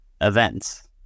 events